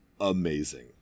amazing